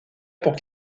pour